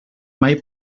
mai